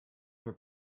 were